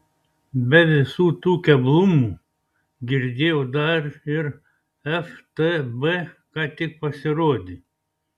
be visų tų keblumų girdėjau dar ir ftb ką tik pasirodė